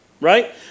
right